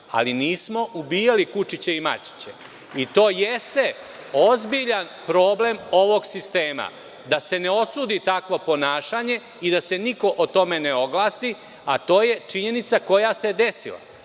ali nismo ubijali kučiće i mačiće. I to jeste ozbiljan problem ovog sistema – da se ne osudi takvo ponašanje i da se niko o tome ne oglasi, a to je činjenica koja se desila.